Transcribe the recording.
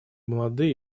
молодые